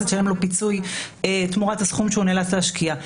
לשלם לו פיצוי תמורת הסכום שהוא נאלץ להשקיע.